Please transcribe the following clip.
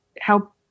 help